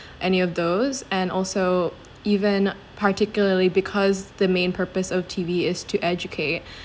any of those and also even particularly because the main purpose of T_V is to educate